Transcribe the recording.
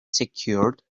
secured